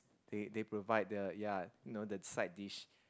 they they provide the ya you know the side dish